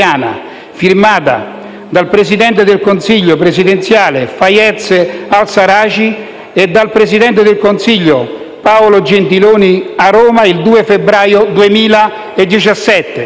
firmato dal presidente del Consiglio presidenziale Fayez al-Sarraj e dal presidente del Consiglio Paolo Gentiloni Silveri a Roma il 2 febbraio 2017,